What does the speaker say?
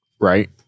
right